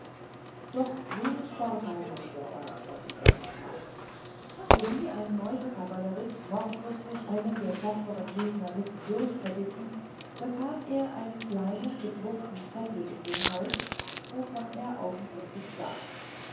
doch wenig vorteil hatte der feind von dieser untat sowie ein mäusekavallerist mordlustig einen der tapfern gegner mittendurch zerbiß bekam er einen kleinen gedruckten zettel in den hals wovon er augenblicklich starb